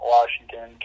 Washington